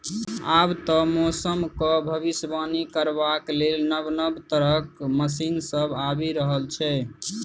आब तए मौसमक भबिसबाणी करबाक लेल नब नब तरहक मशीन सब आबि रहल छै